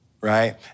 Right